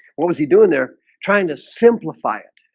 what was he doing there trying to simplify it